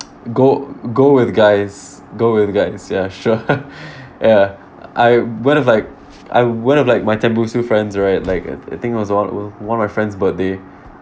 go go with guys go with you guys ya sure ya I one of like uh one of like my tembusu friends right like I I think it was one of my friend's birthday